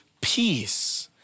peace